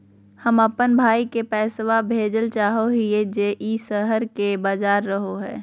हम अप्पन भाई के पैसवा भेजल चाहो हिअइ जे ई शहर के बाहर रहो है